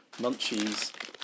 Munchies